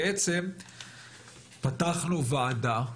בעצם פתחנו ועדה,